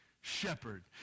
shepherd